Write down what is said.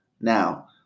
Now